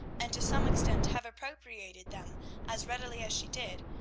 and to some extent have appropriated, them as readily as she did,